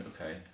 okay